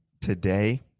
today